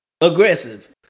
Aggressive